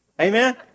Amen